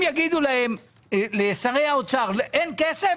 שאם יגידו לשרי האוצר שאין כסף,